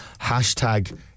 Hashtag